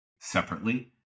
separately